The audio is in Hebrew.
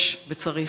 וצריך.